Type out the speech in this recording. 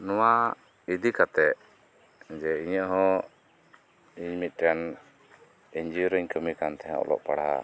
ᱱᱚᱶᱟ ᱤᱫᱤ ᱠᱟᱛᱮᱫ ᱡᱮ ᱤᱧᱟᱹᱜ ᱦᱚᱸ ᱤᱧ ᱢᱤᱫᱴᱮᱱ ᱮᱱᱡᱤᱭᱳ ᱨᱤᱧ ᱠᱟᱹᱢᱤ ᱠᱟᱱ ᱛᱟᱦᱮᱱ ᱚᱞᱚᱜ ᱯᱟᱲᱦᱟᱜ